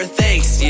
thanks